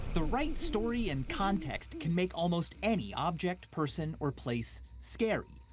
the right story and context can make almost any object, person, or place scary.